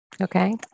okay